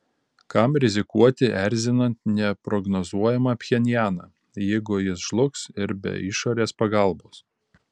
kam rizikuoti erzinant neprognozuojamą pchenjaną jeigu jis žlugs ir be išorės pagalbos